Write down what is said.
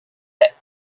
their